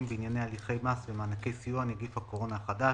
בענייני הליכי מס ומענקי סיוע (נגיף הקורונה החדש,